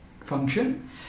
function